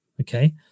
Okay